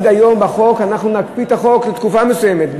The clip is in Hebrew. היום בחוק: אנחנו נקפיא את החוק לתקופה מסוימת,